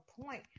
point